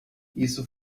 isso